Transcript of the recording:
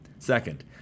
Second